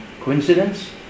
coincidence